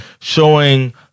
Showing